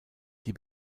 die